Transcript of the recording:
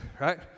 right